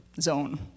zone